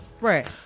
Right